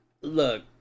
Look